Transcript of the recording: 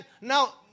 Now